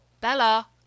Bella